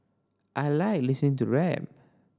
I like listening to rap